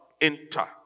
enter